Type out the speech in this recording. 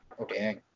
Okay